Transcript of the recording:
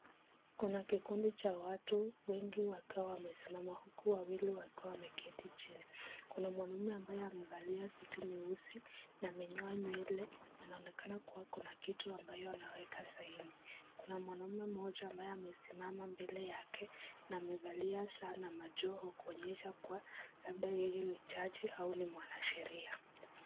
Kuna kikundi cha watu wengi wakiwa wamesimama, huku wawili wakiwa wameketi chini, kuna mwanaume ambaye amevalia suti nyeusi, na amenyoa nywele, inaonekana kuwa kuna kitu amabyo anaweka saini, kuna mwanaume mmoja ambaye amesimama mbele yake, na amevalia saa na majoho kuonyesha kuwa labda yeye ni jaji ama mwanasheria.